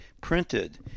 printed